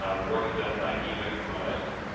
ah work done by eva kimonis,